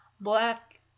black